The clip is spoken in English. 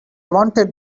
wanted